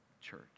church